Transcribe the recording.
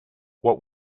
what